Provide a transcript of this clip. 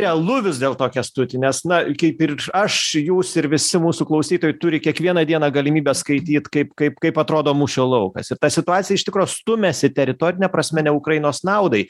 realu vis dėlto kęstutį nes na kaip ir aš jūs ir visi mūsų klausytojai turi kiekvieną dieną galimybę skaityti kaip kaip kaip atrodo mūšio laukas ir ta situacija iš tikro stumiasi teritorine prasme ne ukrainos naudai